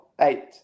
eight